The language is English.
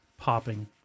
popping